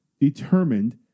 determined